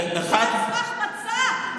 זה על סמך מצע.